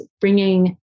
bringing